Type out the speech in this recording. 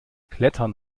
klettern